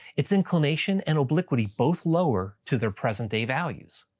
its inclination and obliquity both lower to their present-day values.